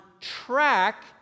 track